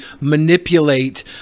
manipulate